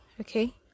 okay